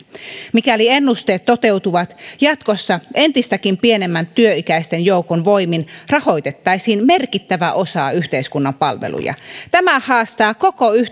mikäli ennusteet toteutuvat jatkossa entistäkin pienemmän työikäisten joukon voimin rahoitettaisiin merkittävä osa yhteiskunnan palveluja tämä haastaa koko